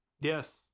Yes